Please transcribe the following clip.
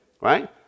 Right